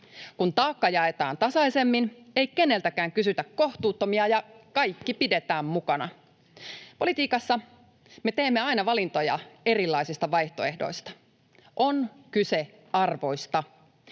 Kun taakka jaetaan tasaisemmin, ei keneltäkään kysytä kohtuuttomia ja kaikki pidetään mukana. Politiikassa me teemme aina valintoja erilaisista vaihtoehdoista. On kyse arvoista.